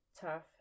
tough